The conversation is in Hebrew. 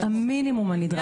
זה המינימום הנדרש.